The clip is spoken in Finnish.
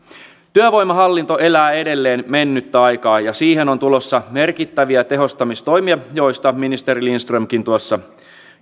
työvoimahallinto elää edelleen mennyttä aikaa ja siihen on tulossa merkittäviä tehostamistoimia joista ministeri lindströmkin tuossa